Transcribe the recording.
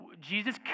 Jesus